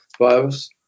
virus